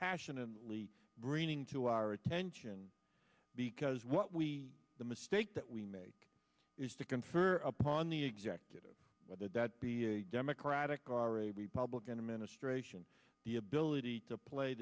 passionately meaning to our attention because what we the mistake that we make is to confer upon the executive whether that be a democratic or a republican administration the ability to play